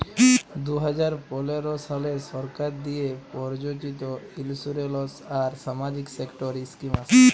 দু হাজার পলের সালে সরকার দিঁয়ে পরযোজিত ইলসুরেলস আর সামাজিক সেক্টর ইস্কিম আসে